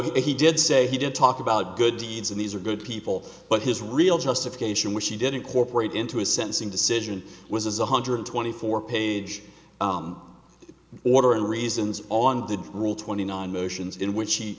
he did say he didn't talk about good deeds and these are good people but his real justification which he did incorporate into his sensing decision was a hundred twenty four page order and reasons on the rule twenty nine motions in which he